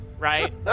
Right